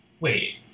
Wait